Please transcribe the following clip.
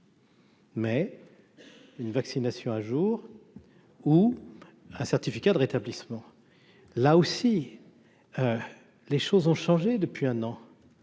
Mais une vaccination à jour ou un certificat de rétablissement, là aussi, les choses ont changé depuis un an,